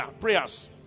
prayers